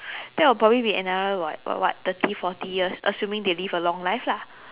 that'll be probably be another what about what thirty forty years assuming they live a long life lah